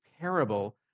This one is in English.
parable